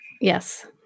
yes